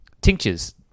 Tinctures